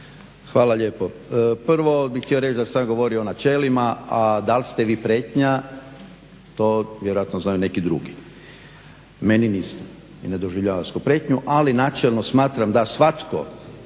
Hvala lijepa. Prvo bih htio reći da sam ja govorio o načelima, a da li ste vi prijetnja to vjerojatno znaju neki drugi. Meni niste i ne doživljavam vas kao prijetnju, ali načelno smatram da svatko